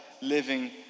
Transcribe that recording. living